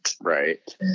Right